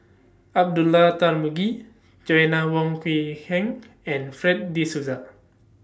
Abdullah Tarmugi Joanna Wong Quee Heng and Fred De Souza